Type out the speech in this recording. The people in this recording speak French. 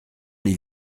les